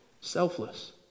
selfless